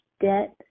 debt